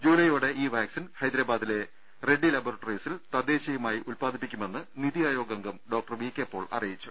ജുലൈയോടെ ഈ വാക്സിൻ ഹൈദരാബാദിലെ റെഡ്ഡി ലബോറട്ടറീസിൽ തദ്ദേശിയമായി ഉൽപാദിപ്പിക്കുമെന്ന് നിതി അയോഗ് അംഗം ഡോ വി കെ പോൾ അറിയിച്ചു